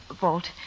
vault